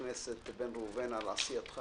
חבר הכנסת בן ראובן, על עשייתך